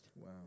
Wow